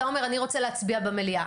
ואתה אומר אני רוצה להצביע במליאה.